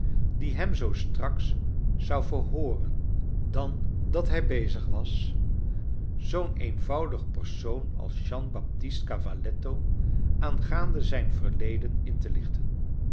die hem zoo straks zou verhooren dan dat hij bezig was zoo'n eenvoudig persoon als jean baptist cavalletto aangaande zijn verleden in te lichten